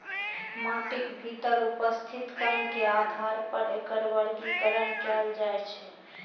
माटिक भीतर उपस्थित कण के आधार पर एकर वर्गीकरण कैल जाइ छै